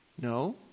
No